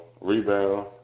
rebound